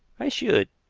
i should,